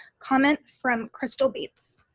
comment from kristal bates.